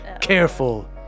Careful